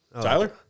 Tyler